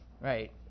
right